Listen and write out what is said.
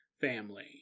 family